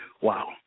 Wow